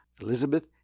Elizabeth